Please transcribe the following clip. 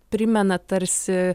primena tarsi